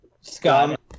Scott